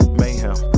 mayhem